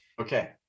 okay